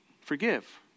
forgive